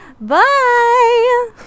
Bye